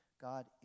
God